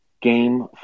game